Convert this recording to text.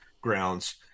grounds